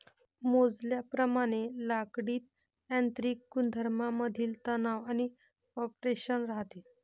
मोजल्याप्रमाणे लाकडीत यांत्रिक गुणधर्मांमधील तणाव आणि कॉम्प्रेशन राहते